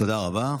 תודה רבה.